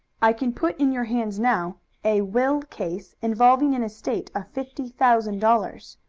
i can put in your hands now a will case involving an estate of fifty thousand dollars,